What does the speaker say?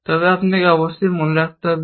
তবে আপনাকে অবশ্যই মনে রাখতে হবে